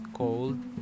cold